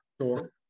sure